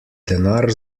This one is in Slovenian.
denar